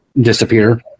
disappear